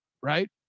Right